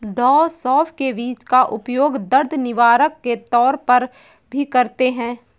डॉ सौफ के बीज का उपयोग दर्द निवारक के तौर पर भी करते हैं